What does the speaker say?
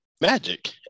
Magic